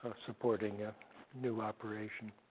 ah supporting a new operation.